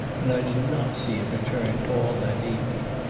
and i did not see it return all that evening.